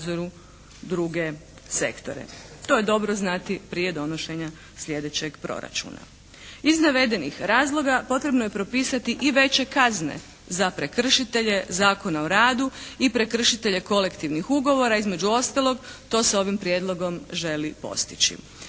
To je dobro znati prije donošenja slijedećeg proračuna. Iz navedenih razloga potrebno je propisati i veće kazne za prekršitelje Zakona o radu i prekršitelje kolektivnih ugovora. Između ostalog, to se ovim prijedlogom želi postići.